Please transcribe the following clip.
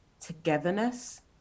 togetherness